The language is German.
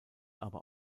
aber